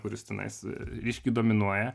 kuris tenais ryškiai dominuoja